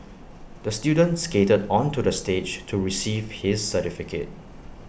the student skated onto the stage to receive his certificate